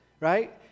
right